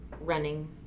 running